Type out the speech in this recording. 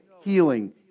healing